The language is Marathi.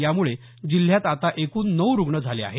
यामुळे जिल्ह्यात आता एकूण नऊ रूग्ण झाले आहेत